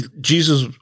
Jesus